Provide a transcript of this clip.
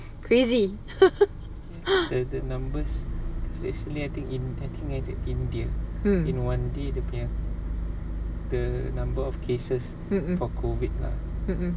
crazy mm mm mm mm mm